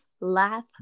laugh